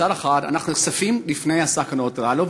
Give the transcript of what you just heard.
אנחנו נחשפים בפני הסכנות הללו,